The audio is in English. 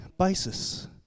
Basis